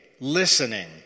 listening